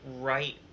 right